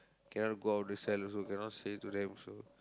cannot go out of the cell also cannot say to them also